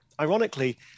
ironically